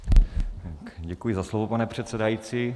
Děkuji za slovo, pane předsedající.